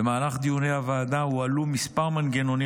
במהלך דיוני הוועדה הועלו מספר מנגנונים